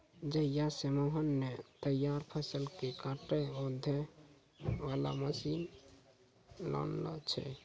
जहिया स मोहन नॅ तैयार फसल कॅ काटै बांधै वाला मशीन लानलो छै